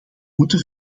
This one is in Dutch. moeten